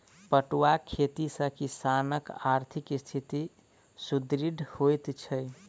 पटुआक खेती सॅ किसानकआर्थिक स्थिति सुदृढ़ होइत छै